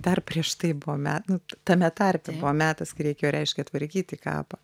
dar prieš tai buvo men tame tarpe buvo metas kai reikėjo reiškia tvarkyti kapą